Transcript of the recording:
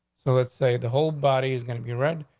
so let's say the whole body is gonna be red.